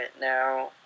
now